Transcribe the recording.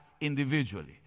individually